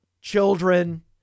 Children